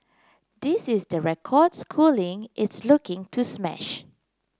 this is the record Schooling is looking to smash